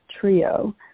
Trio